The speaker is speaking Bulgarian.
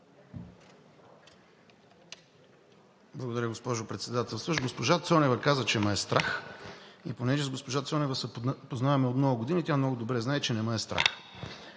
Благодаря, госпожо Председателстващ. Госпожа Цонева каза, че ме е страх. Понеже с госпожа Цонева се познаваме от много години, тя много добре знае, че не ме е страх.